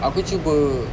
aku cuba